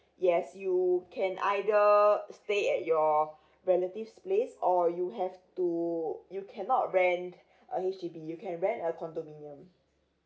yes you can either stay at your relatives place or you have to you cannot rent uh H_D_B you can rent a condominium